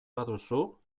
baduzu